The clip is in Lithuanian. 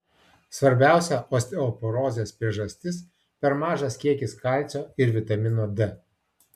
svarbiausia osteoporozės priežastis per mažas kiekis kalcio ir vitamino d